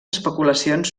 especulacions